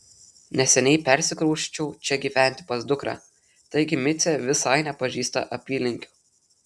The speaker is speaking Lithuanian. neseniai persikrausčiau čia gyventi pas dukrą taigi micė visai nepažįsta apylinkių